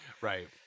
Right